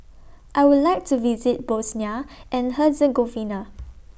I Would like to visit Bosnia and Herzegovina